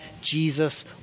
Jesus